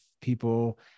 people